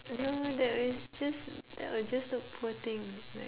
no that is just that would just look poor thing like